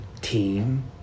Team